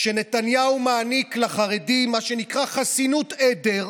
כשנתניהו מעניק לחרדים מה שנקרא חסינות עדר,